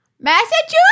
Massachusetts